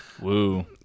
Woo